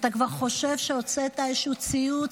אתה חושב שכבר הוצאת איזשהו ציוץ,